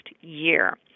year